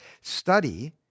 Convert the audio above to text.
Study